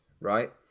right